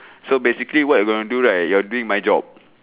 so basically what you going to do right you're doing my job